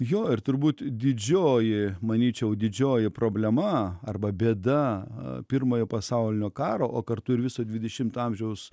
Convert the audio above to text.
jo ir turbūt didžioji manyčiau didžioji problema arba bėda pirmojo pasaulinio karo o kartu ir viso dvidešimto amžiaus